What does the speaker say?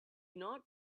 not